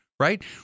Right